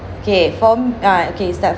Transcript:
okay for me ah okay start